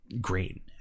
great